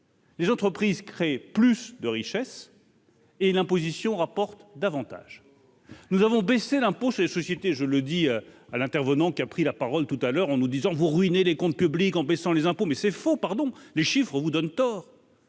Les entreprises créer plus de richesses. Et l'imposition rapporte davantage, nous avons baissé l'impôt ces sociétés, je le dis à l'intervenant qui a pris la parole tout à l'heure en nous disant vous ruiner les comptes publics, en baissant les impôts mais c'est faux, pardon, les chiffres vous donne tort.